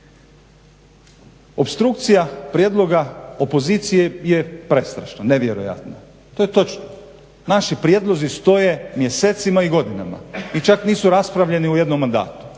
Opstrukcija prijedloga opozicije je prestrašna, nevjerojatna. To je točno. Naši prijedlozi stoje mjesecima i godinama i čak nisu raspravljeni u jednom mandatu.